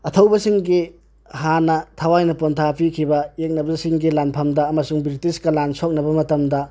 ꯑꯊꯧꯕꯁꯤꯡꯒꯤ ꯍꯥꯟꯅ ꯊꯋꯥꯏꯅ ꯄꯣꯟꯊꯥ ꯄꯤꯈꯤꯕ ꯌꯦꯛꯅꯕꯁꯤꯡꯒꯤ ꯂꯥꯟꯐꯝꯗ ꯑꯃꯁꯨꯨꯡ ꯕ꯭ꯔꯤꯇꯤꯁꯀꯥ ꯂꯥꯟ ꯁꯣꯛꯅꯕ ꯃꯇꯝꯗ